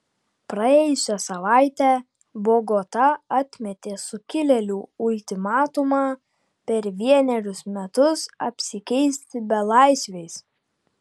praėjusią savaitę bogota atmetė sukilėlių ultimatumą per vienerius metus apsikeisti belaisviais